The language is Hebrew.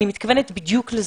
אני מתכוונת בדיוק לזה,